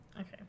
Okay